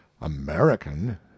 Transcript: American